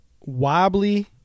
Wobbly